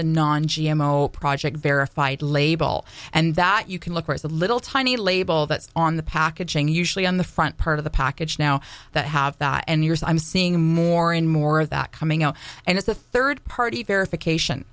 the non g m o project verified label and that you can look for is a little tiny label that's on the packaging usually on the front part of the package now that have years i'm seeing more and more of that coming out and it's a third party verification